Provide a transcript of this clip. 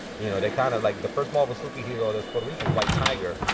you know, they kind of like, the first marvel superhero that's puerto rican is white tiger.